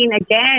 again